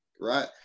right